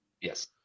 Yes